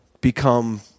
become